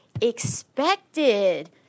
expected